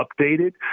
updated